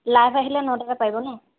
live আহিলে নটাতে পাৰিব ন'